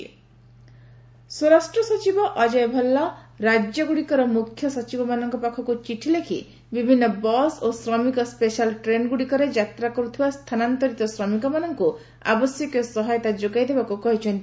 home secretary state ସ୍ୱରାଷ୍ଟ୍ର ସଚିବ ଅଜୟ ଭାଲ୍ଲା ରାଜ୍ୟଗୁଡ଼ିକର ମୁଖ୍ୟସଚିବମାନଙ୍କ ପାଖକୁ ଚିଠି ଲେଖି ବିଭିନ୍ନ ବସ୍ ଓ ଶ୍ରମିକ ସ୍ବେଶାଲ୍ ଟ୍ରେନଗୁଡ଼ିକରେ ଯାତ୍ରା କରୁଥିବା ସ୍ଥାନାନ୍ତରିତ ଶ୍ରମିକମାନଙ୍କୁ ଆବଶ୍ୟକୀୟ ସହାୟତା ଯୋଗାଇଦେବାକୁ କହିଛନ୍ତି